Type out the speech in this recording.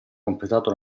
completato